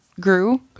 grew